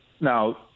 now